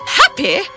happy